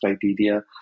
criteria